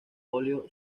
óleo